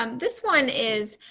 um this one is